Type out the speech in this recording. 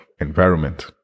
environment